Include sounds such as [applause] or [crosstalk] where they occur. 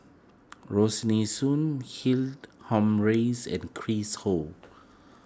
[unintelligible] Soon [unintelligible] Humphreys and Chris Ho